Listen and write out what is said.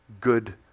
good